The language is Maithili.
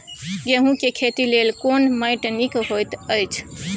गेहूँ के खेती लेल केना माटी नीक होयत अछि?